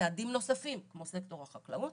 וצעדים נוספים, כמו סקטור החקלאות,